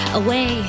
away